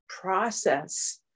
process